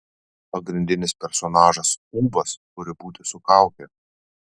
pagrindinis personažas ūbas turi būti su kauke